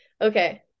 Okay